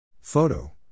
Photo